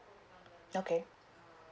okay